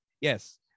Yes